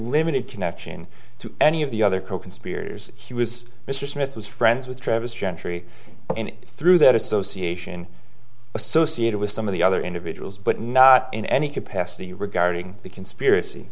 limited connection to any of the other coconspirators he was mr smith was friends with travis gentry through that association associated with some of the other individuals but not in any capacity regarding the conspiracy